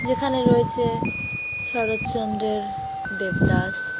যেখানে রয়েছে শরৎচন্দ্রের দেবদাস